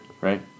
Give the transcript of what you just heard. right